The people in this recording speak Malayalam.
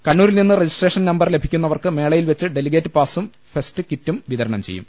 കണ്ണൂരിൽ നിന്ന് രജിസ്ട്രേഷൻ നമ്പർ ലഭിക്കുന്നവർക്ക് മേളയിൽ വെച്ച് ഡെലിഗേറ്റ് പാസും ഫെസ്റ്റ് കിറ്റും വിതരണം ചെയ്യും